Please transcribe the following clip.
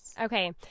Okay